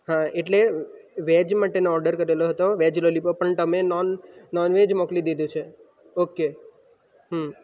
હા એટલે વેજ માટેનો ઓડર કરેલો હતો વેજ લોલીપોપ પણ તમે નોન નોનવેજ મોકલી દીધું છે ઓકે હં